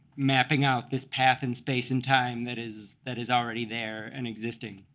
mapping out this path in space and time that is that is already there and existing.